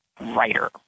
writer